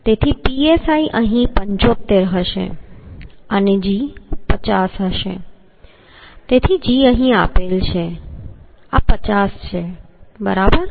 તેથી psi અહીં 75 હશે અને g 50 હશે તેથી g અહીં આપેલ છે આ 50 છે બરાબર